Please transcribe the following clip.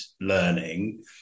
learning